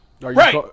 Right